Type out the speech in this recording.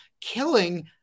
killing